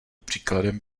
příkladem